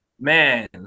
Man